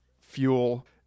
fuel